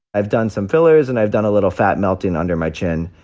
i've done some fillers and i've done a little fat melting under my chin.